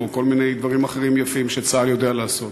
או כל מיני דברים אחרים יפים שצה"ל יודע לעשות?